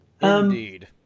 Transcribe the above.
Indeed